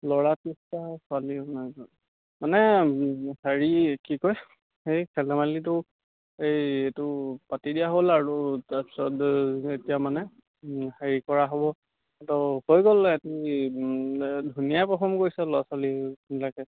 ল'ৰাকেইটা ছোৱালী মানে মানে হেৰি কি কয় সেই খেল ধেমালিটো এই এইটো পাতি দিয়া হ'ল আৰু তাৰপিছত এতিয়া মানে হেৰি কৰা হ'ব এইটো হৈ গ'ল কি ধুনীয়াই পাৰফৰ্ম কৰিছে ল'ৰা ছোৱালীবিলাকে